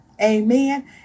Amen